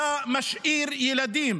ואתה משאיר ילדים,